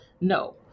no